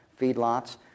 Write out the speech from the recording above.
feedlots